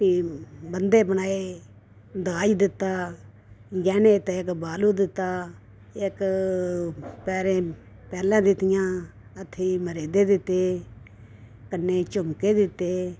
भी बन्धे बनाये दाज़ दित्ता गैह्नें दित्ते ते इक बालूं दित्ता इक पैरें पेल्लां दित्तियां हत्थै ई मरीदे दित्ते कन्नै ई झूमके दित्ते